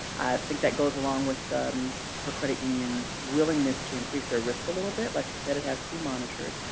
think that goes along with her credit union's willingness to increase their risk a little bit. like she said, it has to be monitored.